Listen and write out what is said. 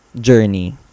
journey